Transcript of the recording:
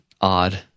odd